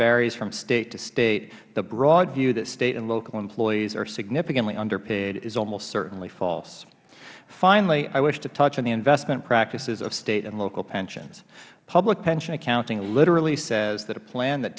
varies from state to state the broad view that state and local employees are significantly underpaid is almost certainly false finally i wish to touch on the investment practices of state and local pensions public pension accounting literally says that a plan that